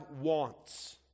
wants